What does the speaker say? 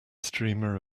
streamer